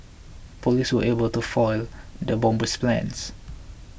police were able to foil the bomber's plans